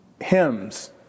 hymns